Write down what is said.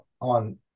on